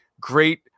great